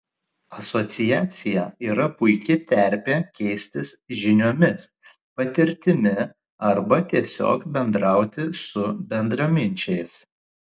asociacija yra puiki terpė keistis žiniomis patirtimi arba tiesiog bendrauti su bendraminčiais